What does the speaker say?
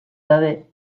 gabe